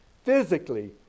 physically